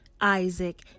Isaac